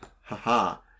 Ha-ha